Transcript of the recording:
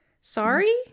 Sorry